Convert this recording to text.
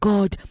God